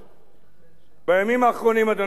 בימים האחרונים, אדוני היושב-ראש,